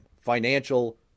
financial